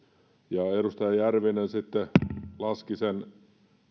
ja edustaja järvinen sitten laski sen